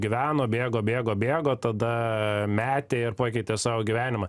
gyveno bėgo bėgo bėgo tada metė ir pakeitė savo gyvenimą